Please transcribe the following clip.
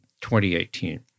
2018